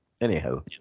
anyhow